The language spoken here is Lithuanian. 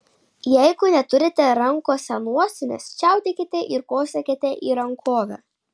jeigu neturite rankose nosinės čiaudėkite ir kosėkite į rankovę